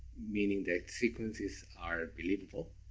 meaning that sequences are believable.